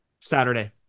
Saturday